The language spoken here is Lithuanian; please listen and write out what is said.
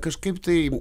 kažkaip tai